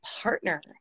partner